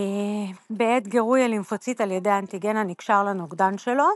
בעת גירוי הלימפוציט על ידי אנטיגן הנקשר לנוגדן שלו,